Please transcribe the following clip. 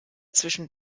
zwischen